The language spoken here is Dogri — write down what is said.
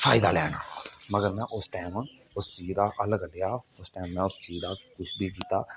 फायदा लै ना मगर में उस टैम उस चीज दा अलग अलग लेआ उस टैम में उस जगह कुछ बी कीता